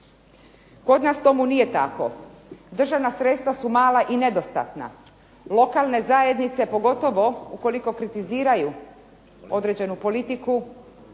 Kod nas tomu nije tako. Državna sredstva su mala i nedostatna. Lokalne zajednice pogotovo ukoliko kritiziraju određenu politiku,